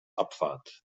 abfahrt